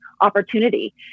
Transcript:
opportunity